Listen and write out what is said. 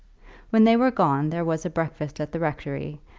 when they were gone there was a breakfast at the rectory,